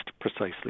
precisely